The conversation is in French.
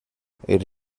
dans